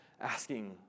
asking